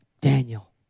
Daniel